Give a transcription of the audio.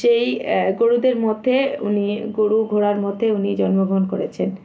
সেই গরুদের মধ্যে উনি গরু ঘোড়ার মধ্যে উনি জন্মগ্রহণ করেছেন